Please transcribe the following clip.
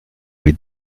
wie